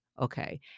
okay